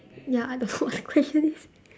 ya I don't know what the question is